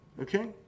okay